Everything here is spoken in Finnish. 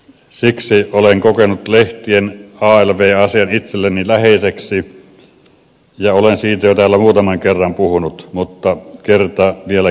siksi olen kokenut lehtien alv asian itselleni läheiseksi ja olen siitä jo täällä muutaman kerran puhunut mutta kerta vielä kiellon päälle